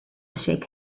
shake